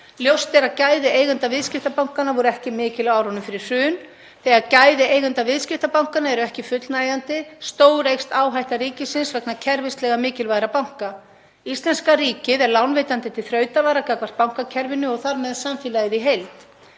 Ljóst er að gæði eigenda viðskiptabankanna voru ekki mikil á árunum fyrir hrun. Þegar gæði eigenda viðskiptabankanna eru ekki fullnægjandi stóreykst áhætta ríkisins vegna kerfislega mikilvægra banka. Íslenska ríkið er lánveitandi til þrautavara gagnvart bankakerfinu og þar með samfélagið í heild.